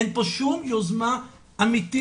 אין פה שום יוזמה אמיתית,